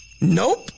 Nope